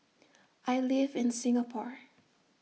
I live in Singapore